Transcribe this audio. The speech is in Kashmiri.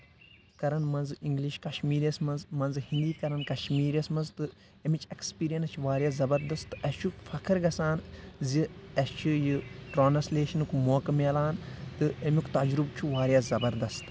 کرن منٛزٕ انگلِش کشمیٖریس منٛز منٛزٕ ہِنٛدی کران کشمیٖریس منٛز تہٕ امِچ ایٚکسپیٖرینس چھِ واریاہ زبردست تہٕ اَسہِ چھُ فخر گژھان زِ اسہِ چھُ یہِ ٹرانسلیشنُک موقعہٕ میلان تہٕ امیُک تجرُب چھُ واریاہ زبردست